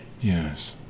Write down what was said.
Yes